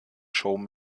show